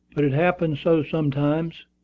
but it happens so sometimes,